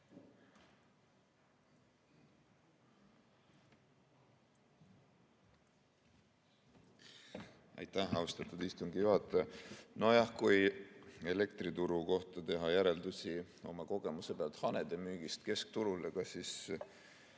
Aitäh, austatud istungi juhataja! Nojah, kui elektrituru kohta teha järeldusi oma kogemuse pealt hanede müümisel keskturul, on õigete